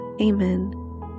Amen